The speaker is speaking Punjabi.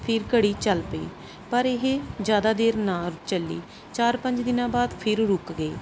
ਫਿਰ ਘੜੀ ਚੱਲ ਪਈ ਪਰ ਇਹ ਜ਼ਿਆਦਾ ਦੇਰ ਨਾ ਚੱਲੀ ਚਾਰ ਪੰਜ ਦਿਨਾਂ ਬਾਅਦ ਫਿਰ ਰੁਕ ਗਈ